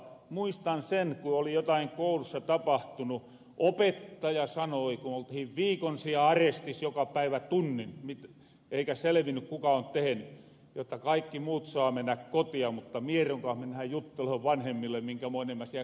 muistan sen ku oli jotain koulussa tapahtunut opettaja sanoi kun oltihin viikon siellä arestis joka päivä tunnin eikä selvinny kuka on teheny jotta kaikki muut saa mennä kotia mutta mieron kans mennähän jutteloo vanhemmille minkämoinen mä siel koulus oon